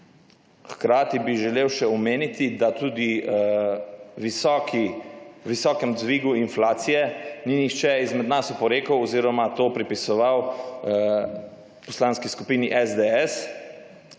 Hkrati bi želel še omeniti, da tudi visokem dvigu inflacije ni nihče izmed nas oporekal oziroma to pripisoval Poslanski skupini SDS.